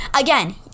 Again